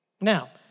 Now